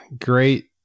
great